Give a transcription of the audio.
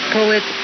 poet